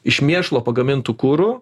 iš mėšlo pagamintu kuru